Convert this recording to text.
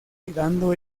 quedando